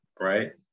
right